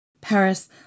Paris